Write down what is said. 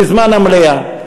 בזמן המליאה.